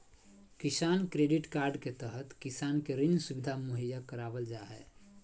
किसान credit card के तहत किसान के ऋण सुविधा मुहैया करावल जा हय